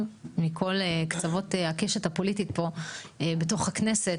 מכל קצוות הקשת הפוליטית פה בתוך הכנסת,